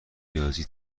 ریاضی